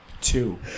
Two